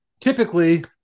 typically